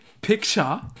picture